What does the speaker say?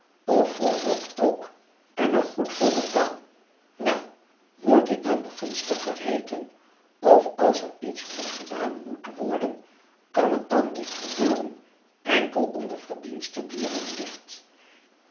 of voor wat ook en er goed voor betaal wel moet ik dan begunstiger heeten of als er iets goeds gedaan moet worden kan het dan niet gebeuren enkel om de verdienste die er in ligt